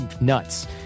nuts